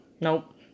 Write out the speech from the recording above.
Nope